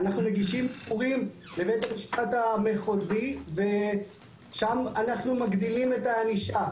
אנחנו מגישים ערעורים לבית המשפט המחוזי ושם אנחנו מגדילים את הענישה.